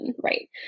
right